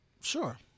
sure